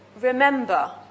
remember